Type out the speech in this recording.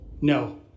No